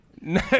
No